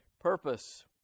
purpose